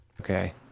Okay